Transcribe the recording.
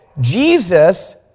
Jesus